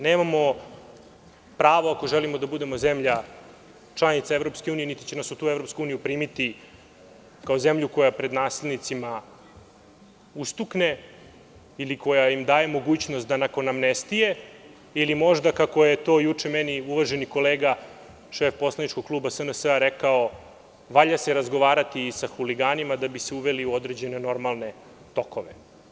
Nemamo pravo, ako želimo da budemo zemlja članica EU, niti će nas u tu EU primiti kao zemlju koja pred nasilnicima ustukne, ili koja im daje mogućnost da nakon amnestije, ili možda kako je to juče meni uvaženi kolega, šef poslaničkog kluba SNS, rekao – valja se razgovarati sa huliganima da bi se uveli u određene normalne tokove.